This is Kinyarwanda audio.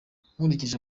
nkurikije